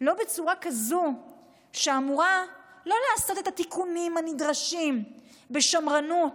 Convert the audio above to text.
לא בצורה כזאת שאמורה לא לעשות את התיקונים הנדרשים בשמרנות,